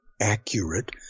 accurate